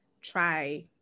try